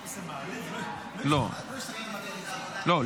--- לא, לא.